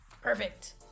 perfect